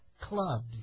clubs